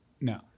No